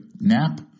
nap